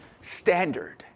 standard